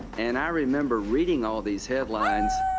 and i remember reading all these headlines,